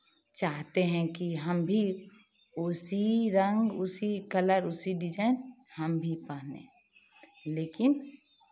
चाहते हैं कि हम भी उसी रंग उसी कलर उसी डिज़ाइन हम भी पहने लेकिन